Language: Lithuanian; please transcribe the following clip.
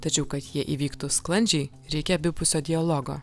tačiau kad jie įvyktų sklandžiai reikia abipusio dialogo